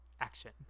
action